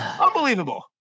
Unbelievable